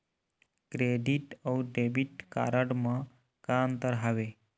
Credit अऊ debit card म का अंतर हावे?